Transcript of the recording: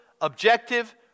objective